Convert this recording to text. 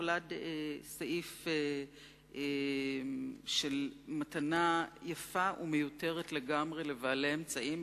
נולד סעיף של מתנה יפה ומיותרת לגמרי לבעלי אמצעים,